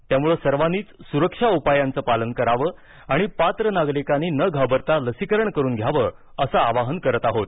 त्यामुळे सर्वांनीच सुरक्षा उपायांचं पालन करावं आणि पात्र नागरिकांनी न घाबरता लसीकरण करून घ्यावं असं आवाहन करत आहोत